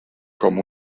com